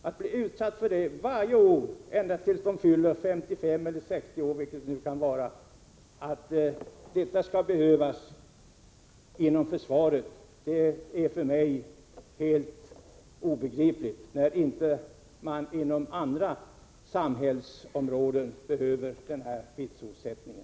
Att det inom försvaret skall vara nödvändigt att personer varje år blir utsatta för detta ända tills de fyller 55 eller 60 år är för mig helt obegripligt, när det inte behövs vitsordssystem inom andra samhällsområden.